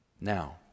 Now